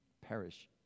perish